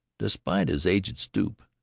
despite his aged stoop,